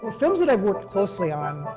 films that i've worked closely on,